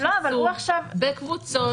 בקבוצות.